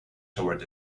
toward